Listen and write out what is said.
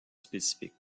spécifique